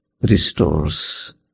restores